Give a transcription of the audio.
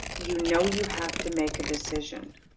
you know, you have to make a decision